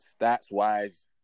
stats-wise